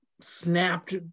snapped